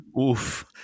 Oof